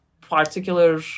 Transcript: particular